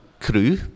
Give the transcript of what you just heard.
Crew